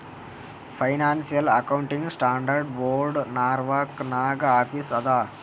financial accounting standard board Norwalk ನಾಗ್ office ಅದಾ